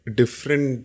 different